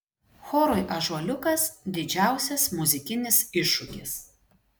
chorui ąžuoliukas didžiausias muzikinis iššūkis